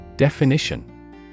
Definition